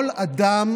כל אדם